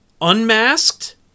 unmasked